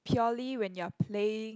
purely when you're playing